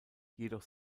jedoch